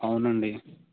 అవునండి